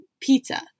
Pizza